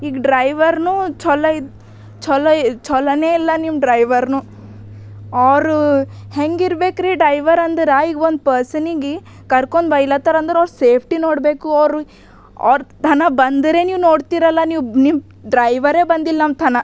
ಈಗ ಡ್ರೈವರ್ನೂ ಛಲೋ ಇದು ಛಲೋ ಇ ಛಲೋನೆ ಇಲ್ಲ ನಿಮ್ಮ ಡ್ರೈವರ್ನು ಅವರು ಹೆಂಗಿರಬೇಕ್ರಿ ಡ್ರೈವರ್ ಅಂದರ ಈಗ ಒಂದು ಪರ್ಸನಿಗೆ ಕರ್ಕೊಂಡು ಬೈಲತ್ತರ ಅಂದ್ರೆ ಅವ್ರ ಸೇಫ್ಟಿ ನೋಡಬೇಕು ಅವರು ಅವ್ರ್ ಥನ ಬಂದರೆ ನೀವು ನೋಡ್ತಿರಲ್ಲ ನೀವು ನಿಮ್ಮ ಡ್ರೈವರೇ ಬಂದಿಲ್ಲ ಅಂಥನ